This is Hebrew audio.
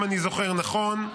אם אני זוכר נכון,